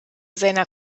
seiner